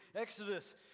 Exodus